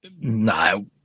No